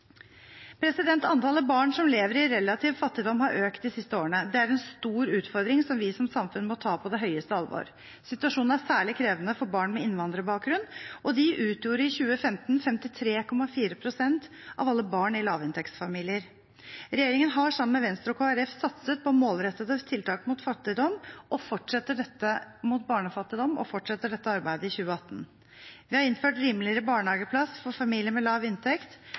Antallet barn som lever i relativ fattigdom, har økt de siste årene. Det er en stor utfordring, som vi som samfunn må ta på det høyeste alvor. Situasjonen er særlig krevende for barn med innvandrerbakgrunn, og de utgjorde i 2015 53,4 pst. av alle barn i lavinntektsfamilier. Regjeringen har sammen med Venstre og Kristelig Folkeparti satset på målrettede tiltak mot barnefattigdom og fortsetter dette arbeidet i 2018. Vi har innført rimeligere barnehageplass for familier med lav inntekt